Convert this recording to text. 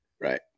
right